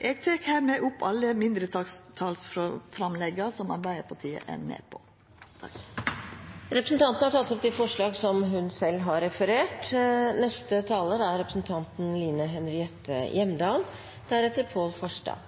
Eg tek hermed opp alle mindretalsframlegga som Arbeidarpartiet er med på. Representanten Ingrid Heggø har tatt opp forslagene hun refererte til. I dei siste 15–20 åra har